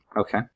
Okay